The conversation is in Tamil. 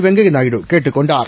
வெங்கையநாயுடு கேட்டுக் கொண்டார்